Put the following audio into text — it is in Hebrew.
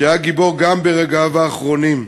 שהיה גיבור גם ברגעיו האחרונים,